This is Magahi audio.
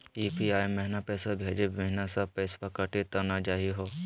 यू.पी.आई महिना पैसवा भेजै महिना सब पैसवा कटी त नै जाही हो?